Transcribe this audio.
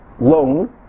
loan